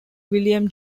william